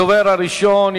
הדובר הראשון,